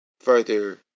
further